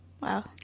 Wow